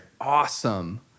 Awesome